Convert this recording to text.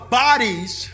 bodies